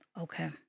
Okay